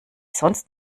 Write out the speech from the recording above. sonst